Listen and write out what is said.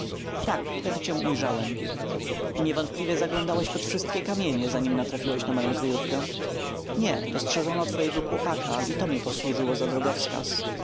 tak wtedy cię ujrzałem i niewątpliwie zaglądałeś pod wszystkie kamienie zanim natrafiłeś na moją kryjówkę nie dostrzeżono twojego chłopaka i to mi posłużyło za drogowskaz